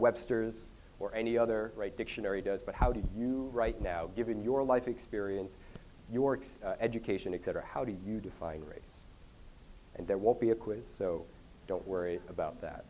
webster's or any other right dictionary does but how do you right now given your life experience your education etc how do you define race and there will be a quiz so don't worry about that